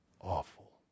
awful